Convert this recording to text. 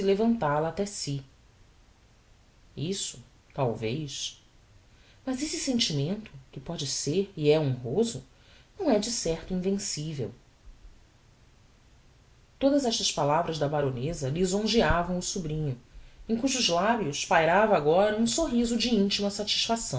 até si isso talvez mas esse sentimento que póde ser e é honroso não é de certo invencivel todas estas palavras da baroneza lisonjeavam o sobrinho em cujos labios pairava agora um sorriso de íntima satisfação